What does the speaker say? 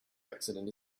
accident